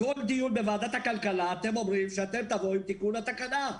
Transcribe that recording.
בכל דיון בוועדת הכלכלה אתם אומרים שאתם תבואו עם תיקון התקנה.